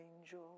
angel